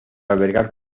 albergar